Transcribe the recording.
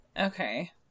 okay